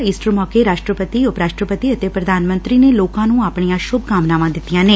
Easter ਮੌਕੇ ਰਾਸ਼ਟਰਪਤੀ ਉਪ ਰਾਸ਼ਟਰਪਤੀ ਅਤੇ ਪੁਧਾਨ ਮੰਤਰੀ ਨੇ ਲੋਕਾਂ ਨੂੰ ਆਪਣੀਆਂ ਸ਼ੁਭ ਕਾਮਨਾਵਾਂ ਦਿੱਤੀਆਂ ਨੇ